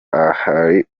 ahari